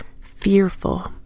fearful